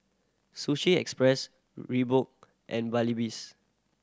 Sushi Express Reebok and Babyliss